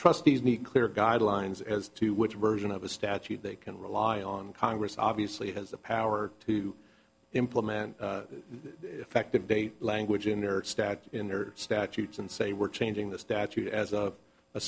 trustees need clear guidelines as to which version of a statute they can rely on congress obviously has the power to implement effective date language in their stat in their statutes and say we're changing the statute as a